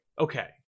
Okay